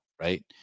Right